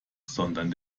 sondern